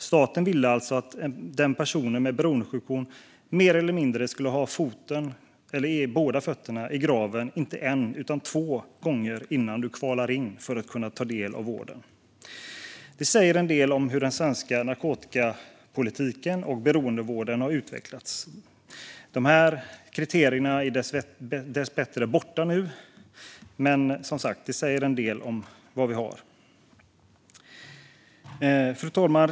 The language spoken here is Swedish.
Staten ville alltså att en person med beroendesjukdom mer eller mindre skulle ha båda fötterna i graven inte en utan två gånger innan man kvalade in för att få ta del av vården. Det säger en del om hur den svenska narkotikapolitiken och beroendevården har utvecklats. De kriterierna är dessbättre borta nu, med det säger en del om hur det varit. Fru talman!